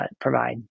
provide